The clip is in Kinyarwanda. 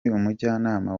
umujyanama